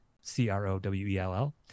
C-R-O-W-E-L-L